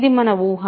ఇది మన ఊహ